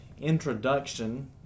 introduction